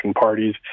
parties